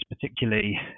particularly